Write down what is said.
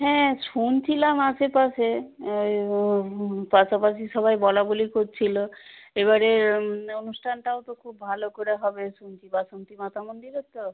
হ্যাঁ শুনছিলাম আশেপাশে ওই পাশাপাশি সবাই বলাবলি করছিল এবারে অনুষ্ঠানটাও তো খুব ভালো করে হবে শুনছি বাসন্তী মাতা মন্দিরে তো